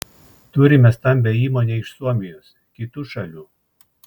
turime stambią įmonę iš suomijos kitų šalių